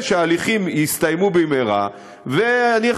שאני מצפה שההליכים יסתיימו במהרה,